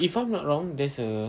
if I'm not wrong there's a